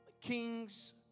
Kings